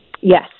Yes